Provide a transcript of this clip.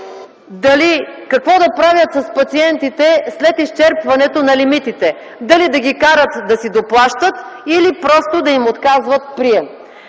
какво да правят с пациентите след изчерпване на лимитите – дали да ги карат да си доплащат или да им отказват прием?